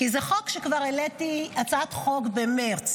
כי זו הצעת חוק שהעליתי כבר במרץ.